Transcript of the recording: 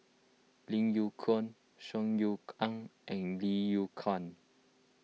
Lim Yew Kuan Saw Ean Ang and Lim Yew Kuan